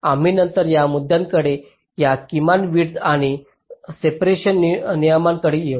आम्ही नंतर या मुद्द्यांकडे या किमान विड्थ आणि सेपरेशन नियमांकडे येऊ